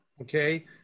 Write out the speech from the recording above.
okay